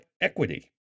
equity